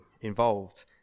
involved